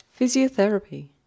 Physiotherapy